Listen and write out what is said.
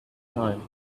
time